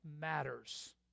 matters